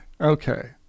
okay